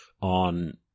on